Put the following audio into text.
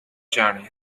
journey